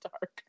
dark